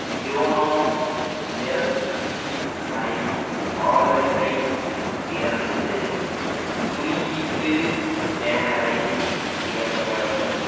YONO SBI வாலெட்டை திறந்து குறியீட்டு ஸ்கேனரை திறக்கவும்